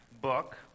book